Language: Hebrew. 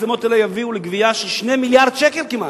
המצלמות האלה יביאו לגבייה של 2 מיליארד שקלים כמעט.